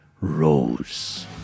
Rose